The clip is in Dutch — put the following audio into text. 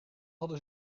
hadden